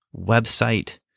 website